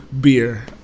beer